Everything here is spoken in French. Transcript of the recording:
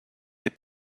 est